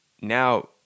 now